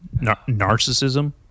narcissism